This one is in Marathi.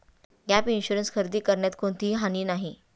गॅप इन्शुरन्स खरेदी करण्यात कोणतीही हानी नाही